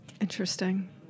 Interesting